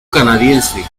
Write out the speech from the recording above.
canadiense